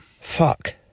Fuck